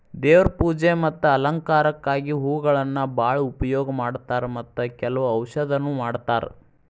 ದೇವ್ರ ಪೂಜೆ ಮತ್ತ ಅಲಂಕಾರಕ್ಕಾಗಿ ಹೂಗಳನ್ನಾ ಬಾಳ ಉಪಯೋಗ ಮಾಡತಾರ ಮತ್ತ ಕೆಲ್ವ ಔಷಧನು ಮಾಡತಾರ